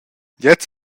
gliez